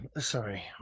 sorry